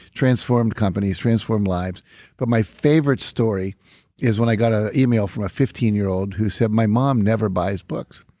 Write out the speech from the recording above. transformed companies, transformed lives but my favorite story is when i got ah an email from a fifteen year old who said, my mom never buys books,